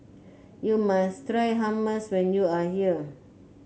you must try Hummus when you are here